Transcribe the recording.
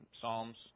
Psalms